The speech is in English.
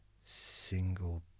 single